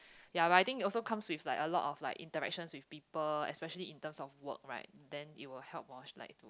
ya writing also comes with like a lot of like interactions with people especially in terms of work right then it will help orh like to